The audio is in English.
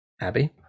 Abby